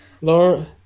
Lord